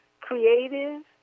creative